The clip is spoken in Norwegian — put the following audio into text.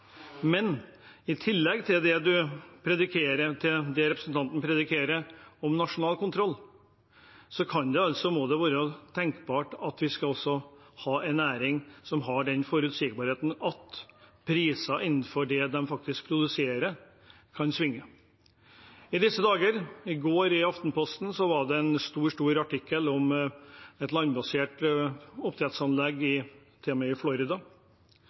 Men i tillegg til det representanten predikerer om nasjonal kontroll, må det være tenkbart at vi også skal ha en næring som har den forutsigbarheten at prisene innenfor det de faktisk produserer, kan svinge. I går i Aftenposten var det en stor artikkel om et landbasert oppdrettsanlegg i Florida, og dagens priser gjør det mulig å etablere dette. Vi er altså ikke alene om konkurransen i